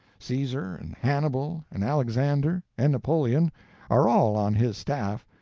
caesar, and hannibal, and alexander, and napoleon are all on his staff,